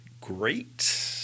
great